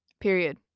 Period